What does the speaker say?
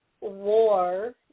war